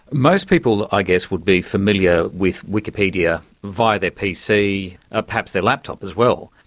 most people i guess would be familiar with wikipedia via their pc, ah perhaps their laptop as well,